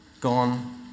gone